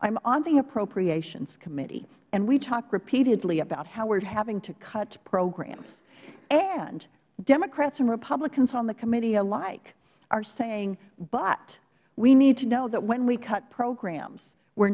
am on the appropriations committee and we talk repeatedly about how we are having to cut programs and democrats and republicans on the committee alike are saying but we need to know that when we cut programs we